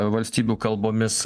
valstybių kalbomis